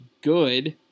good